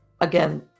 Again